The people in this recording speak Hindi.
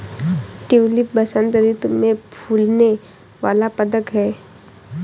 ट्यूलिप बसंत ऋतु में फूलने वाला पदक है